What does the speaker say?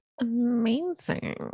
Amazing